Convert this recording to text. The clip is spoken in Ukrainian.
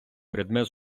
предмет